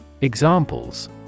Examples